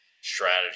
strategy